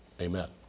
Amen